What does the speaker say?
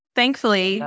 thankfully